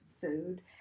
food